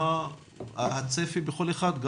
מה הצפי בכל אחד,